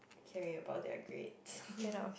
caring about their grades